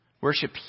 Worship